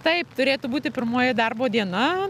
taip turėtų būti pirmoji darbo diena